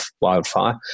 wildfire